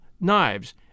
knives